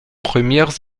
premières